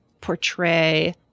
portray